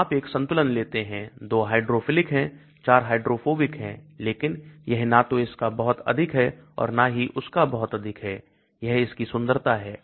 तो आप एक संतुलन लेते हैं 2 हाइड्रोफिलिक है 4 हाइड्रोफोबिक है लेकिन यह ना तो इसका बहुत अधिक है और ना ही उसका बहुत अधिक है यह इसकी सुंदरता है